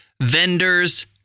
vendors